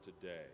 today